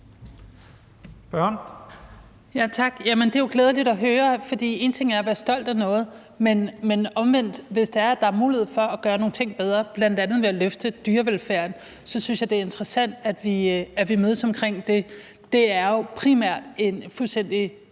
(ALT): Tak. Jamen det er jo glædeligt at høre, for én ting er at være stolt af noget, men noget andet handler om, hvis der er mulighed for at gøre nogle ting bedre ved bl.a. at løfte dyrevelfærden, så jeg synes, det er interessant, at vi mødes omkring det. Det er jo en fuldstændig